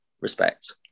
respect